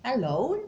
hello